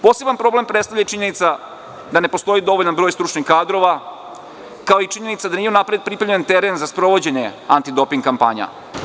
Poseban problem predstavalja i činjenica da ne postoji dovoljan broj stručnih kadrova kao i činjenica da nije unapred pripremljen teren za sprovođenje antidoping kampanja.